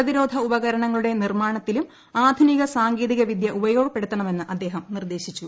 പ്രതിരോധ ഉപകരണങ്ങളുടെ നിർമ്മാണത്തിലും ആധുനിക സാങ്കേതിക വിദ്യ ഉപയോഗപ്പെടുത്തണമെന്ന് അദ്ദേഹം നിർദ്ദേശിച്ചു